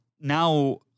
Now